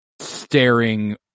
staring